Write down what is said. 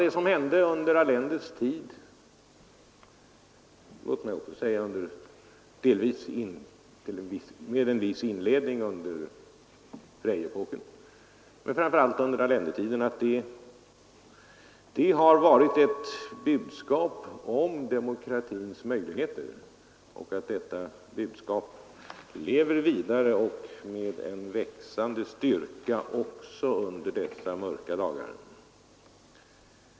Det som hände under Allendes tid och — låt mig också säga det — delvis inleddes under Freiepoken var ett budskap om demokratins möjligheter, och detta budskap lever vidare med växande styrka också under dessa mörka dagar.